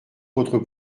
votre